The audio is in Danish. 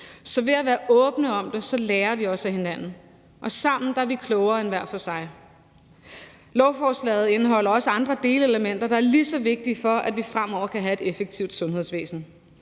Så ved at være åbne om det, lærer vi også af hinanden, og sammen er vi klogere end hver for sig. Lovforslaget indeholder også andre delelementer, der er lige så vigtige for, at vi fremover kan have et effektivt sundhedsvæsen.